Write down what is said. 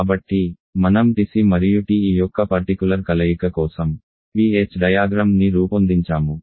కాబట్టి మనం TC మరియు TE యొక్క పర్టికులర్ కలయిక కోసం Ph డయాగ్రమ్ ని రూపొందించాము